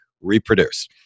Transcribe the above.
reproduce